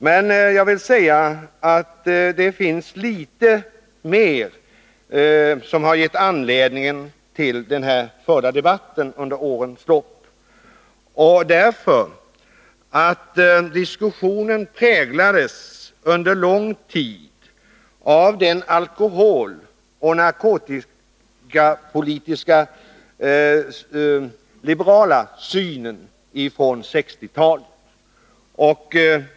Men jag vill säga att det är litet mer som har givit anledning till denna debatt som förts under årens lopp. Diskussionen präglades under lång tid av den alkoholoch narkotikapolitiskt liberala synen från 1960-talet.